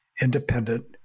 independent